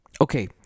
okay